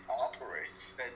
operates